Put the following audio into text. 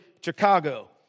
Chicago